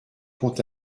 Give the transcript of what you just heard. pont